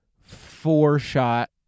four-shot